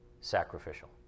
sacrificial